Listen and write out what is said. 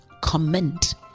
comment